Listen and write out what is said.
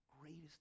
greatest